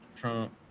Trump